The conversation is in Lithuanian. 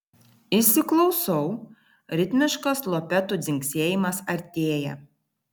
įsiklausau ritmiškas lopetų dzingsėjimas artėja